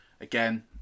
again